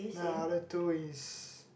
then other two is